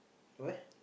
what